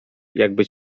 jakby